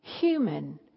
human